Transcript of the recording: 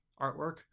artwork